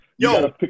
Yo